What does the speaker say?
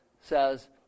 says